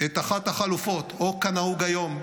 את אחת החלופות: או כנהוג היום,